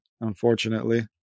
unfortunately